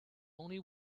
only